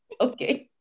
okay